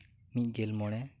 ᱢᱤᱫᱽᱜᱮᱞ ᱢᱚᱬᱮ